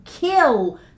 kill